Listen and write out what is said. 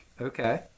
Okay